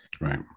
right